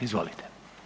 Izvolite.